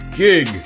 gig